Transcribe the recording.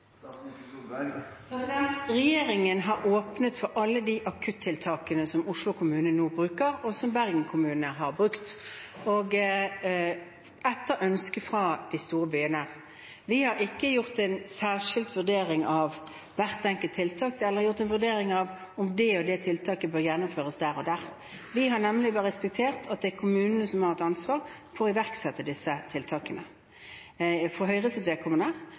Regjeringen har åpnet for alle de akuttiltakene som Oslo kommune nå bruker, og som Bergen kommune har brukt, etter ønske fra de store byene. Vi har ikke gjort en særskilt vurdering av hvert enkelt tiltak eller gjort en vurdering av om det eller det tiltaket bør gjennomføres der eller der. Vi har nemlig respektert at det er kommunene som har ansvaret for å iverksette disse tiltakene. For Høyres vedkommende